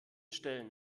stellen